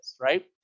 right